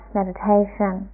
meditation